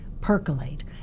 percolate